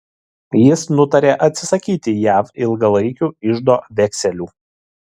jis nutarė atsisakyti jav ilgalaikių iždo vekselių